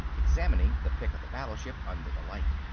examining the pic of the battleship under the light.